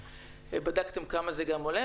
בדקתם כמה זה עולה?